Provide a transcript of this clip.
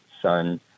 sun